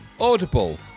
Audible